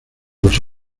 los